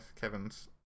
Kevin's